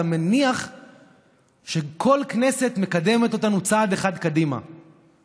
אתה מניח שכל כנסת מקדמת אותנו צעד אחד קדימה,